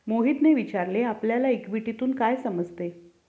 मोहितने विचारले आपल्याला इक्विटीतून काय समजते?